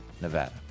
Nevada